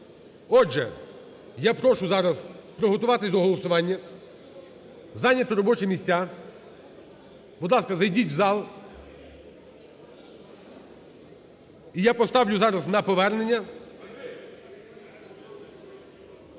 Отже, я прошу зараз приготуватись до голосування, зайняти робочі місця, будь ласка, зайдіть в зал. І я поставлю зараз на повернення.